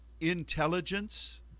intelligence